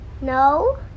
No